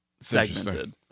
segmented